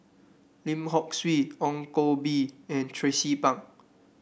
Lim Hock Siew Ong Koh Bee and Tracie Pang